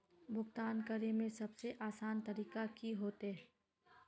भुगतान करे में सबसे आसान तरीका की होते?